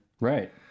Right